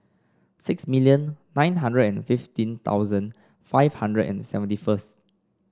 six million nine hundred and fifteen thousand five hundred and seventy first